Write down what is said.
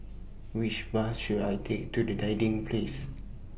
Which Bus should I Take to Dinding Place